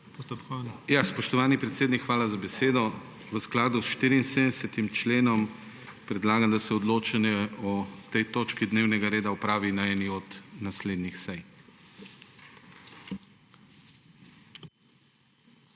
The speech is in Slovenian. KRIVEC (PS SDS): Spoštovani predsednik, hvala za besedo. V skladu s 74. členom predlagam, da se odločanje o tej točki dnevnega reda opravi na eni od naslednjih sej.